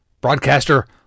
broadcaster